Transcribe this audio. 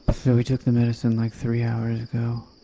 ah so we took the medicine like three hours ago,